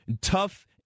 tough